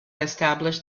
establish